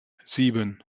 sieben